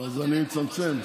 אז אני מצמצם.